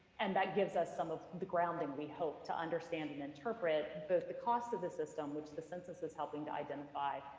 and that gives us some of the grounding, we hope, to understand and interpret and both the cost of the system, which the census is helping to identify,